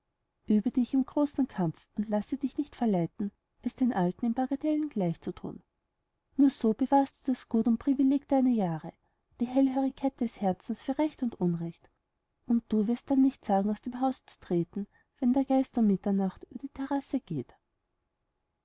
übe dich im großen kampf und lasse dich nicht verleiten es den alten in bagatellen gleich zu tun nur so bewahrst du das schönste gut und privileg deiner jahre die hellhörigkeit des herzens für recht und unrecht und du wirst dann nicht zagen aus dem hause zu treten wenn der geist um mitternacht über die terrasse geht